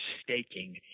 staking